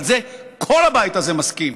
על זה כל הבית הזה מסכים.